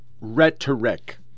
rhetoric